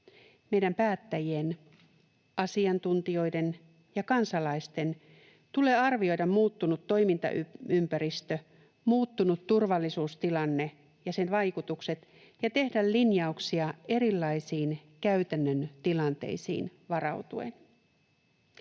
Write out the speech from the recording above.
Meidän päättäjien, asiantuntijoiden ja kansalaisten tulee arvioida muuttunut toimintaympäristö, muuttunut turvallisuustilanne ja sen vaikutukset ja tehdä linjauksia erilaisiin käytännön tilanteisiin varautuen.